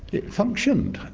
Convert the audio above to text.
it functioned.